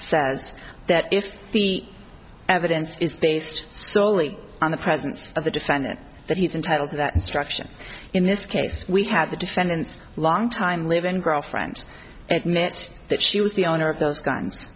says that if the evidence is based solely on the presence of the defendant that he's entitled to that instruction in this case we had the defendant's long time live in girlfriend at mit that she was the owner of those guns